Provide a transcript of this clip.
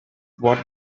what